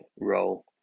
role